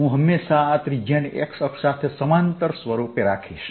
હું હંમેશા આ ત્રિજ્યાને X અક્ષ સાથે સમાંતર સ્વરૂપે રાખીશ